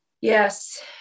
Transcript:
Yes